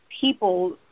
people